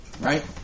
Right